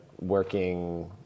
working